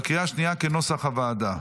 בקריאה השנייה כנוסח הוועדה.